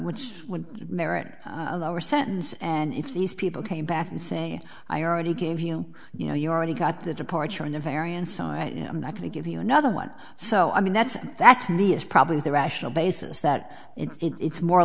which would merit a lower sentence and if these people came back and say i already gave you you know you already got the departure of the variance i am not going to give you another one so i mean that's that's me is probably the rational basis that it's more